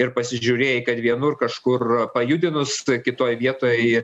ir pasižiūrėjai kad vienur kažkur pajudinus tai kitoj vietoj